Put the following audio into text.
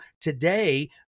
today